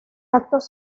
actos